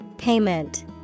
Payment